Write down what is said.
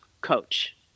coach